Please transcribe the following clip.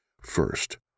First